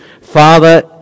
Father